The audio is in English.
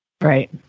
Right